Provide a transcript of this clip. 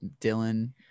Dylan